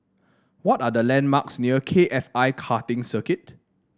what are the landmarks near K F I Karting Circuit